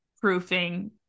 proofing